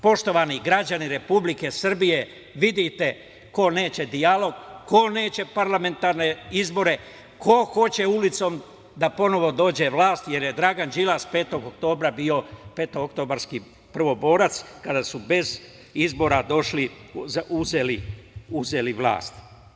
Poštovani građani Republike Srbije, vidite ko neće dijalog, ko neće parlamentarne izbore, ko hoće ulicom da ponovo dođe na vlast, jer je Dragan Đilas 5. oktobra bio petooktobarski prvoborac kada su bez izbora uzeli vlast.